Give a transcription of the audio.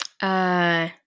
Uh-